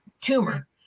tumor